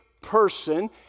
person